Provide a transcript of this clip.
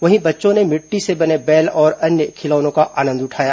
वहीं बच्चों ने मिट्टी से बने बैल और अन्य खिलौनों का आनंद उठाया